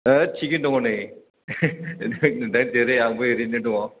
होथ थिगैनो दङ नै नों जेरै आंबो एरैनो दङ